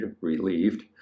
relieved